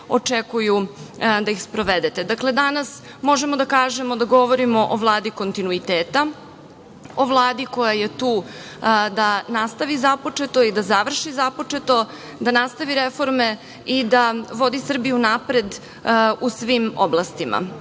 očekuju da ih sprovedete. Dakle, danas možemo da kažemo da govorimo o Vladi kontinuiteta, o Vladi koja je tu da nastavi započeto i da završi započeto, da nastavi reforme i da vodi Srbiju napred u svim oblastima. Ciljevi